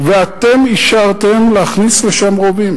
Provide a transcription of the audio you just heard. ואתם אישרתם להכניס לשם רובים.